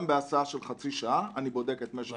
גם בהסעה של חצי שעה אני בודק את משך זמן הנסיעה ומנסה לקצר אותה.